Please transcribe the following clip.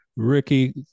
Ricky